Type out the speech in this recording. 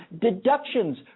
deductions